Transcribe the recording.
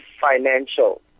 financial